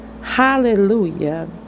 Hallelujah